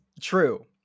true